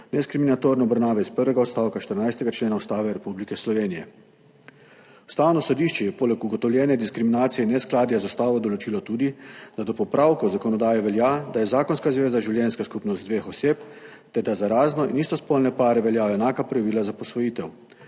diskriminatorne obravnave iz prvega odstavka 14. člena Ustave Republike Slovenije. Ustavno sodišče je poleg ugotovljene diskriminacije in neskladja z ustavo določilo tudi, da do popravkov zakonodaje velja, da je zakonska zveza življenjska skupnost dveh oseb, ter da za razno in istospolne pare veljajo enaka pravila za posvojitev,